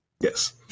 Yes